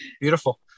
beautiful